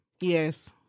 Yes